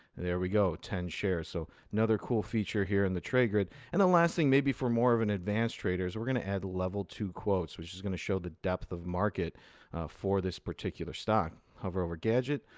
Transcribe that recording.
there we go, ten shares. so another cool feature here in the trade grid. and the last thing maybe for more of an advanced trader is we're going to add level two quotes, which is going to show the depth of market for this particular stock. hover over gadget,